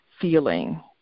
feeling